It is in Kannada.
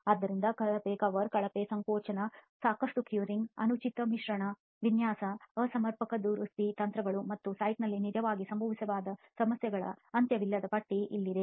ಆದ್ದರಿಂದ ಕಳಪೆ ಕವರ್ ಕಳಪೆ ಸಂಕೋಚನ ಸಾಕಷ್ಟು ಕ್ಯೂರಿಂಗ್curing ಅನುಚಿತ ಮಿಶ್ರಣ ವಿನ್ಯಾಸ ಅಸಮರ್ಪಕ ದುರಸ್ತಿ ತಂತ್ರಗಳು ಮತ್ತು ಸೈಟ್ನಲ್ಲಿ ನಿಜವಾಗಿ ಸಂಭವಿಸಬಹುದಾದ ಸಮಸ್ಯೆಗಳ ಅಂತ್ಯವಿಲ್ಲದ ಪಟ್ಟಿ ಇದೆ